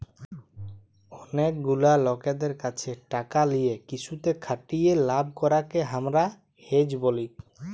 অলেক গুলা লকদের ক্যাছে টাকা লিয়ে কিসুতে খাটিয়ে লাভ করাককে হামরা হেজ ব্যলি